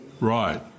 Right